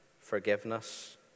forgiveness